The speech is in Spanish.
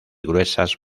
gruesas